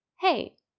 hey